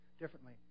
differently